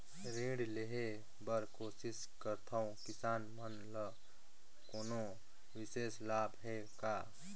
ऋण लेहे बर कोशिश करथवं, किसान मन ल कोनो विशेष लाभ हे का?